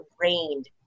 rained